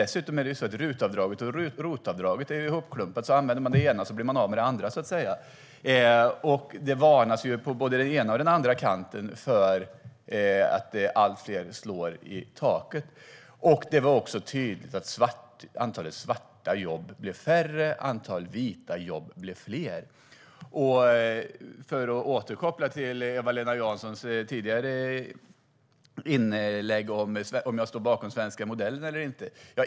Dessutom är RUT och ROT-avdragen hopklumpade, så om man använder det ena blir man av med det andra. Det varnas på både den ena och den andra kanten för att allt fler slår i taket. Det var också tydligt att antalet svarta jobb blev mindre medan de vita jobben blev fler. Låt mig återkoppla till Eva-Lena Janssons tidigare fråga om jag står bakom den svenska modellen eller inte.